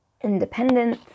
independence